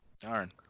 Darn